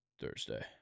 Thursday